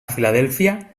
filadèlfia